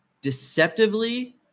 Deceptively